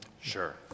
Sure